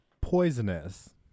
poisonous